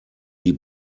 die